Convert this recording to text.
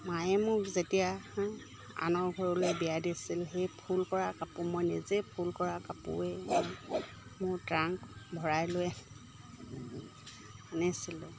মায়ে মোক যেতিয়া আনৰ ঘৰলে বিয়া দিছিল সেই ফুল কৰা কাপোৰ মই নিজে ফুল কৰা কাপোয়ে মোৰ ট্ৰাংক ভৰাই লৈ আনিছিলোঁ